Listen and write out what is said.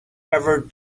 ever